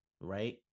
right